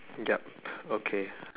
yup okay